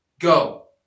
go